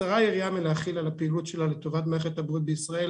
קצרה היריעה מלהכיל על הפעילות שלה לטובת מערכת הבריאות בישראל